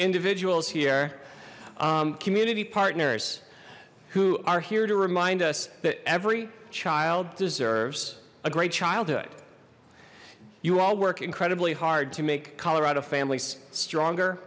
individuals here community partners who are here to remind us that every child deserves a great childhood you all work incredibly hard to make colorado families stronger